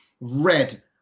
red